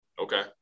Okay